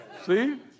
See